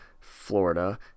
Florida